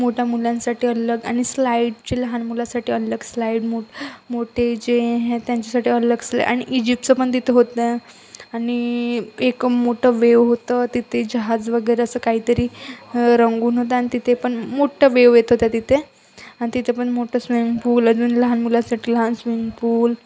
मोठ्या मुलांसाठी अलग आणि स्लाईडचे लहान मुलांसाठी अलग स्लाईड मोट मोठे जे हे त्यांंच्यासाठी अलग स्लाईड आणि इजिपचं पण तिथं होतं आणि एक मोठं वेव होतं तिथे जहाज वगैरे असं काहीतरी रंगून होतं आणि तिथे पण मोठं वेव येतं त्या तिथे आणि तिथे पण मोठं स्विमिंग पूल अजून लहान मुलांसाठी लहान स्विमिंग पूल